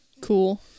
cool